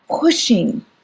pushing